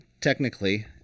technically